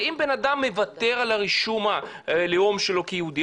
הרי אם בן אדם מוותר על הרישום של הלאום שלו כיהודי,